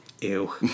Ew